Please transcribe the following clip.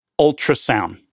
Ultrasound